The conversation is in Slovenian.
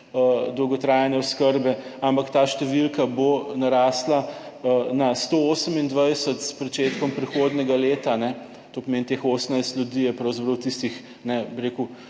dolgotrajne oskrbe. Ampak ta številka bo narasla na 128 s pričetkom prihodnjega leta. To pomeni, teh 18 ljudi je pravzaprav tistih, bi rekel,